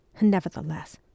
Nevertheless